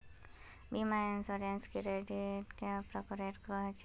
बीमा इंश्योरेंस कैडा प्रकारेर रेर होचे